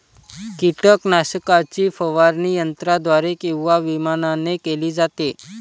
कीटकनाशकाची फवारणी यंत्राद्वारे किंवा विमानाने केली जाते